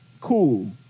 Cool